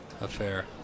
affair